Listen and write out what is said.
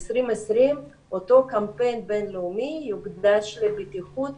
ב-2020 אותו קמפיין בין-לאומי יוקדש לבטיחות